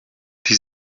die